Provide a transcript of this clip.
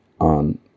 on